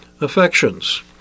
affections